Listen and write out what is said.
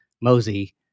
Mosey